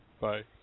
Bye